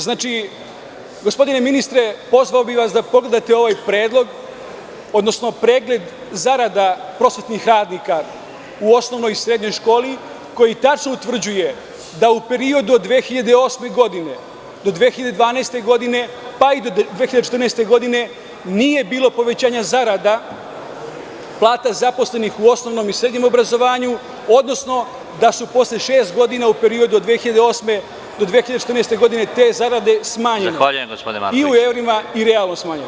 Znači, gospodine ministre, pozvao bih vas da pogledate ovaj predlog, odnosno pregled zarada prosvetnih radnika u osnovnoj i srednjoj školi, koji tačno utvrđuje da u periodu od 2008. godine do 2012. godine, pa i do 2014. godine, nije bilo povećanja zarada plata zaposlenih u osnovnom i srednjem obrazovanju, odnosno da su posle šest godina u periodu od 2008. do 2014. godine te zarade smanjene i u evrima i realno smanjene.